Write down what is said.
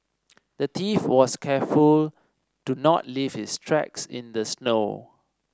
the thief was careful to not leave his tracks in the snow